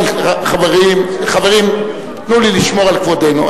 חברים, חברים, תנו לי לשמור על כבודנו.